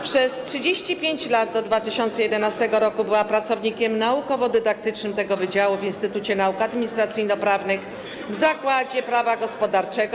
Przez 35, lat do 2011 r., była pracownikiem naukowo-dydaktycznym tego wydziału w Instytucie Nauk Administracyjno-Prawnych w zakładzie prawa gospodarczego.